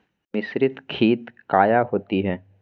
मिसरीत खित काया होती है?